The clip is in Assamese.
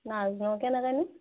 নাজানো কেনেকৈ নো